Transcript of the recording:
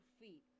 feet